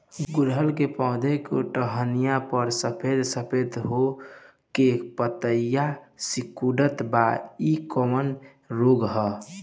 गुड़हल के पधौ के टहनियाँ पर सफेद सफेद हो के पतईया सुकुड़त बा इ कवन रोग ह?